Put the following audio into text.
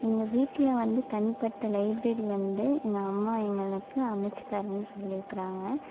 எங்கள் வீட்டில் வந்து தனிப்பட்ட லைப்ரரி வந்து எங்கள் அம்மா எங்களுக்கு அமைச்சி தரேன் சொல்லியிருக்காங்க